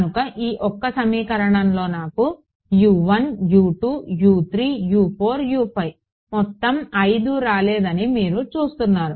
కనుక ఈ ఒక్క సమీకరణంలో నాకు U 1 U 2 U 3 U 4 U 5 మొత్తం 5 రాలేదని మీరు చూస్తున్నారు